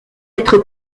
être